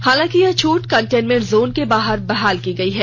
हालांकि यह छूट कंटेनमेंट जोन के बाहर बहाल की गई है